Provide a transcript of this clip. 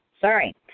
Sorry